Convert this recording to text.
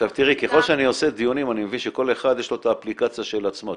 ככל שאני עושה דיונים אני מבין שלכל אחד יש את האפליקציה של עצמו.